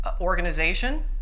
Organization